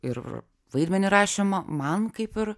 ir vaidmenį rašė man kaip ir